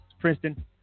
Princeton